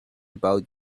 about